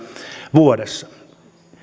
vuodessa